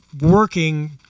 working